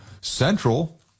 central